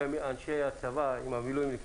אנשי הצבא עם המילואימניקים,